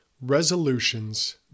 Resolutions